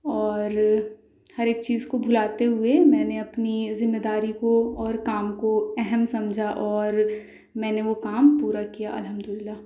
اور ہر ایک چیز کو بھلاتے ہوئے میں نے اپنی ذمے داری کو اور کام کو اہم سمجھا اور میں نے وہ کام پورا کیا الحمد للہ